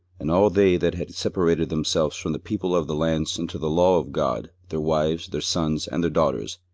and all they that had separated themselves from the people of the lands unto the law of god, their wives, their sons, and their daughters,